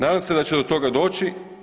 Nadam se da će do toga doći.